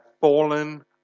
fallen